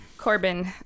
Corbin